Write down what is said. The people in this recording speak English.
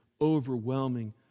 overwhelming